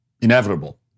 inevitable